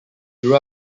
grew